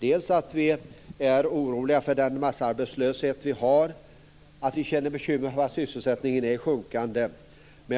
Vi är oroliga för massarbetslösheten, och vi känner bekymmer för att sysselsättningen sjunker.